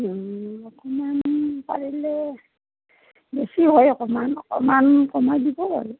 অকণমান পাৰিলে বেছি হয় অকণমান অকণমান কমাই দিব আৰু